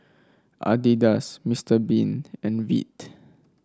Adidas Mister Bean and Veet